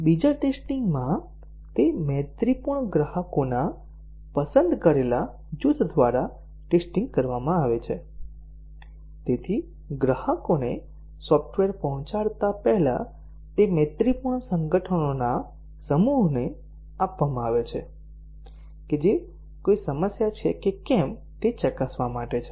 beta testing માં તે મૈત્રીપૂર્ણ ગ્રાહકોના પસંદ કરેલા જૂથ દ્વારા ટેસ્ટીંગ કરવામાં આવે છે તેથી ગ્રાહકોને સોફ્ટવેર પહોંચાડતા પહેલા તે મૈત્રીપૂર્ણ સંગઠનોના સમૂહને આપવામાં આવે છે કે જે કોઈ સમસ્યા છે કે કેમ તે ચકાસવા માટે છે